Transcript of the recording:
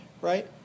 right